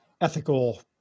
ethical